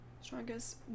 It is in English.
strongest